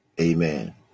Amen